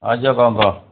ହଁ ଝିଅ କ'ଣ କୁହ